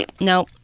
No